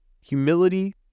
humility